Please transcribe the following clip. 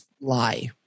lie